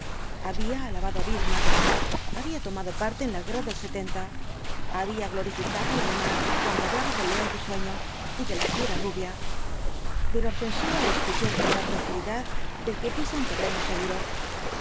había alabado á bismarck había tomado parte en la guerra del había glorificado al alemán cuando hablaba del león risueño y de la fiera rubia pero argensola le escuchó con la tranquilidad del que pisa un terreno seguro